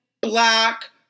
black